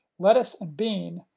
lettuce and bean,